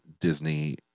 Disney